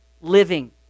living